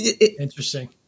Interesting